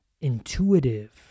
intuitive